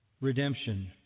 redemption